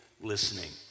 listening